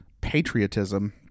patriotism